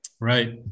Right